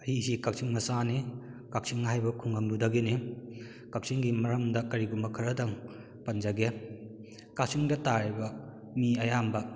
ꯑꯩꯁꯤ ꯀꯛꯆꯤꯡ ꯃꯆꯥꯅꯤ ꯀꯛꯆꯤꯡ ꯍꯥꯏꯕ ꯈꯨꯡꯒꯪꯑꯗꯨꯗꯒꯤꯅꯤ ꯀꯛꯆꯤꯡꯒꯤ ꯃꯔꯝꯗ ꯀꯔꯤꯒꯨꯝꯕ ꯈꯔꯗꯪ ꯄꯟꯖꯒꯦ ꯀꯛꯆꯤꯡꯗ ꯇꯥꯔꯤꯕ ꯃꯤ ꯑꯌꯥꯝꯕ